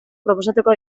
proposatuko